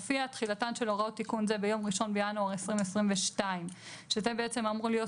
תחילתן של הוראות תיקון זה ביום 1 בינואר 2022." זה אמור להיות